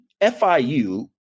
fiu